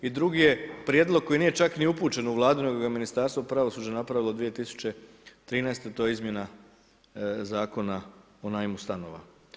I drugi je prijedlog koji nije čak ni upućen u Vladu nego ga je Ministarstvo pravosuđa napravilo 2013., to je Izmjena zakona o najmu stanova.